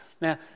Now